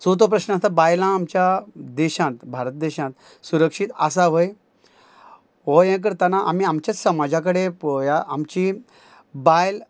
चवथो प्रश्ण आसा बायलां आमच्या देशांत भारत देशांत सुरक्षीत आसा व्हय हो हें करताना आमी आमच्याच समाजा कडेन पळोवया आमची बायल